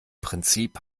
prinzip